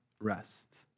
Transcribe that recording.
rest